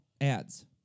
ads